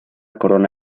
corona